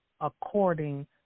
according